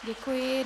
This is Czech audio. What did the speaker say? Děkuji.